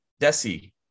Desi